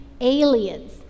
aliens